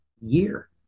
year